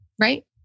Right